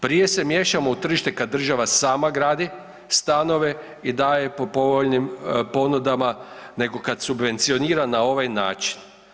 Prije se miješamo u tržište kad država sama gradi stanove i daje po povoljnim ponudama nego kad subvencionira na ovaj način.